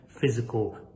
physical